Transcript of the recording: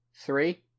three